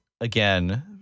again